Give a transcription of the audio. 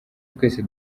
twese